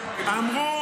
אמרו: